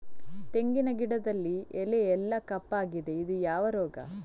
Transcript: ತೆಂಗಿನ ಗಿಡದಲ್ಲಿ ಎಲೆ ಎಲ್ಲಾ ಕಪ್ಪಾಗಿದೆ ಇದು ಯಾವ ರೋಗ?